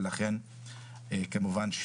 כמובן,